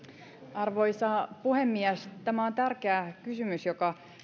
arvoisa puhemies tämä on tärkeä kysymys joka